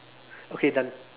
okay done